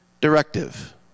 directive